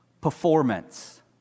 performance